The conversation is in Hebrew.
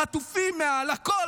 החטופים מעל הכול.